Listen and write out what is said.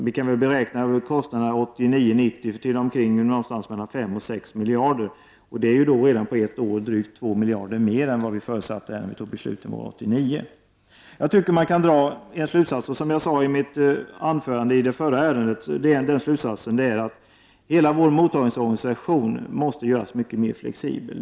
Vi beräknade kostnaderna för 1989/90 till mellan 5 och 6 miljarder, men kostnaderna ligger alltså redan efter ett år drygt 2 miljarder högre än vad vi förutsatte i vårt beslut 1989. Som jag sade i mitt anförande i det förra ärendet anser jag att man kan dra en slutsats av detta, nämligen att hela vår mottagningsorganisation måste göras mycket mer flexibel.